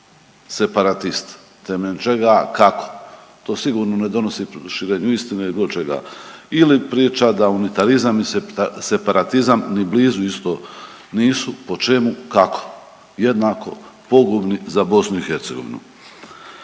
separatist, temeljem čega, kako? To sigurno ne donosi proširenju istine i bilo čega. Ili priča da unitarizam i separatizam ni blizu isto nisu, po čemu, kako jednako pogubni za BiH? No,